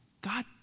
God